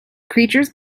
creatures